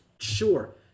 Sure